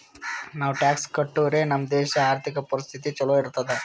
ನಾವು ಟ್ಯಾಕ್ಸ್ ಕಟ್ಟುರೆ ನಮ್ ದೇಶ ಆರ್ಥಿಕ ಪರಿಸ್ಥಿತಿ ಛಲೋ ಇರ್ತುದ್